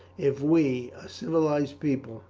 if we, a civilized people,